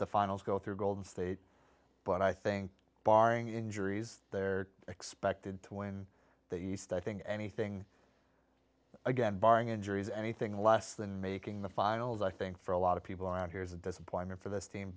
the finals go through golden state but i think barring injuries they're expected to when they use that i think anything again barring injuries anything less than making the finals i think for a lot of people around here is a disappointment for this team